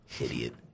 idiot